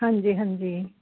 ਹਾਂਜੀ ਹਾਂਜੀ